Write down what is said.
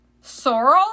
Sorrel